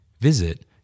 Visit